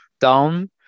down